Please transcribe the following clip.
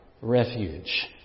refuge